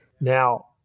Now